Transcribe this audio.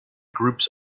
groups